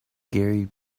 gary